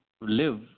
live